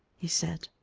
he said.